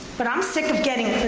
but i'm sick of getting,